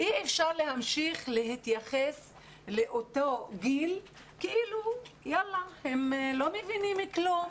אי אפשר להמשיך להתייחס לאותו גיל כאילו הם לא מבינים כלום.